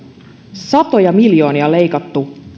satoja miljoonia leikattu